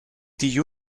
die